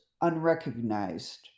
unrecognized